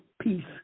peace